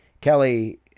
Kelly